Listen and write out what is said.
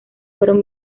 fueron